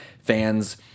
fans